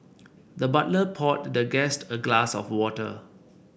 the butler poured the guest a glass of water